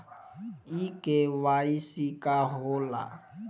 इ के.वाइ.सी का हो ला?